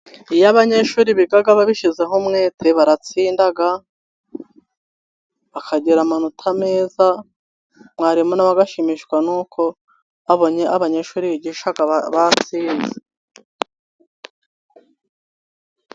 Iyo abanyeshuri biga babishyizeho umwete, baratsinda bakagira amanota meza, mwarimu nawe agashimishwa n'uko abonye abanyeshuri yigisha batsinze.